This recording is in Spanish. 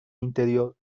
interior